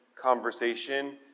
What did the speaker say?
conversation